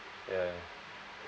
ya